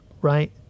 right